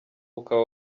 ukaba